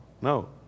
no